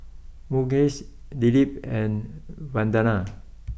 Mukesh Dilip and Vandana